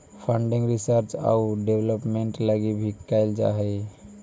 funding research आउ development लगी भी कैल जा हई